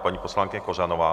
Paní poslankyně Kořanová.